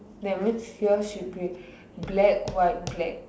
the means yours should be black white black